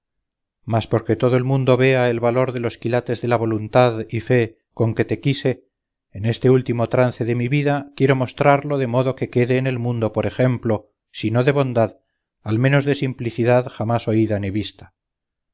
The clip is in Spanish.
mas porque todo el mundo vea el valor de los quilates de la voluntad y fe con que te quise en este último trance de mi vida quiero mostrarlo de modo que quede en el mundo por ejemplo si no de bondad al menos de simplicidad jamás oída ni vista